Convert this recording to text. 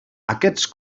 aquests